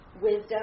wisdom